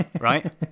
right